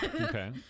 Okay